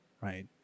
right